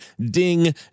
DING